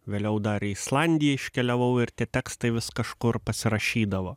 vėliau dar į islandiją iškeliavau ir tie tekstai vis kažkur pasirašydavo